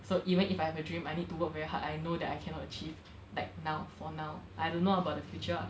so even if I have a dream I need to work very hard I know that I cannot achieve like now for now I don't know about the future